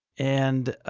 and.